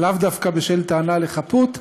לאו דווקא בשל טענה לחפות,